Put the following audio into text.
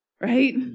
Right